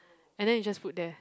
and then you just put there